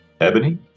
Ebony